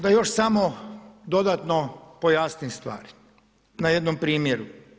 Malo da još samo dodatno pojasnim stvari na jednom primjeru.